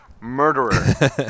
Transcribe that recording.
murderer